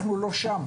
אנחנו לא שם.